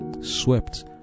swept